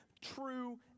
true